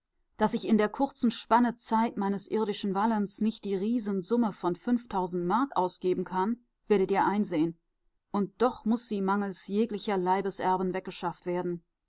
daß ich in der kurzen spanne zeit meines irdischen wallens nicht die riesensumme von fünftausend mark ausgeben kann werdet ihr einsehen und doch muß sie mangels jeglicher leibeserben weggeschafft werden